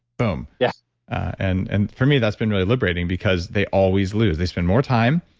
boom yeah and and for me that's been really liberating, because they always lose. they spend more time,